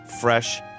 fresh